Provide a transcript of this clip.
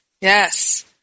Yes